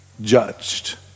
judged